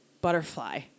butterfly